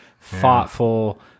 thoughtful